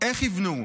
איך יבנו,